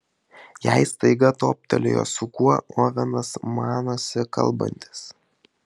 jai staiga toptelėjo su kuo ovenas manosi kalbantis